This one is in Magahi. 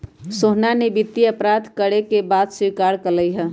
सोहना ने वित्तीय अपराध करे के बात स्वीकार्य कइले है